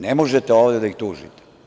Ne možete ovde da ih tužite.